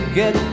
get